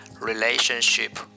Relationship